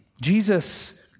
Jesus